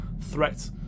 threat